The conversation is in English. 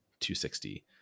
260